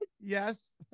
Yes